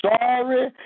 sorry